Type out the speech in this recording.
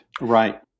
Right